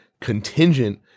contingent